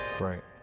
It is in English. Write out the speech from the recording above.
Right